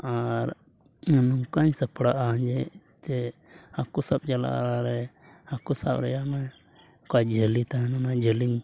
ᱟᱨ ᱱᱚᱝᱠᱟᱧ ᱥᱟᱯᱲᱟᱜᱼᱟ ᱡᱮ ᱛᱮ ᱦᱟᱹᱠᱩ ᱥᱟᱵ ᱪᱟᱞᱟᱣ ᱞᱟᱦᱟᱨᱮ ᱦᱟᱹᱠᱩ ᱥᱟᱵ ᱨᱮᱭᱟᱜ ᱢᱟ ᱚᱠᱟ ᱡᱷᱟᱹᱞᱤ ᱛᱟᱦᱮᱱᱟ ᱚᱱᱟ ᱡᱷᱟᱹᱞᱤᱧ